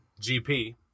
GP